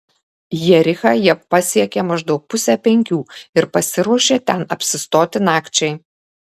jerichą jie pasiekė maždaug pusę penkių ir pasiruošė ten apsistoti nakčiai